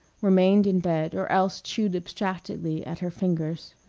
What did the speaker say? remained in bed or else chewed abstractedly at her fingers.